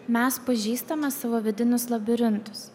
mes pažįstame savo vidinius labirintus